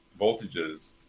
voltages